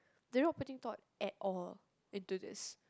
they not putting thought at all into this